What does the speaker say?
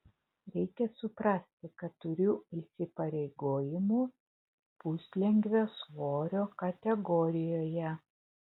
reikia suprasti kad turiu įsipareigojimų puslengvio svorio kategorijoje